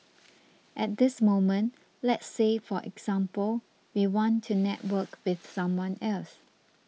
at this moment let's say for example we want to network with someone else